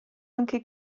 anche